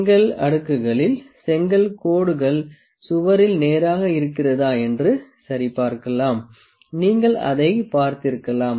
செங்கல் அடுக்குகளில் செங்கல் கோடுகள் சுவரில் நேராக இருக்கிறதா என்று சரிபார்க்கலாம் நீங்கள் அதைப் பார்த்திருக்கலாம்